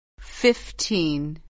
Fifteen